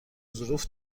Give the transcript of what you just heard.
ظروف